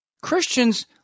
Christians